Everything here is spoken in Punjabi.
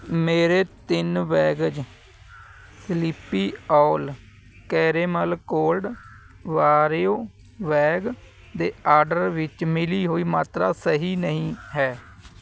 ਮੇਰੇ ਤਿੰਨ bags Sleepy Owl caramel cold brew bag ਦੇ ਆਰਡਰ ਵਿੱਚ ਮਿਲੀ ਹੋਈ ਮਾਤਰਾ ਸਹੀ ਨਹੀਂ ਹੈ